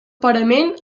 parament